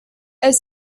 elle